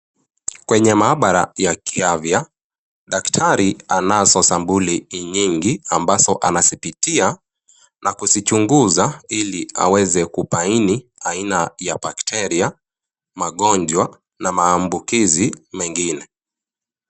Kwenye maabara ya kiafya, daktari anazo sampuli nyingi, ambazo anazipitia na kuzichunguza, ili aweze kubaini aina ya bakteria, magonjwa na maambukizi mengine.